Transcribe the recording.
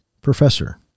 Professor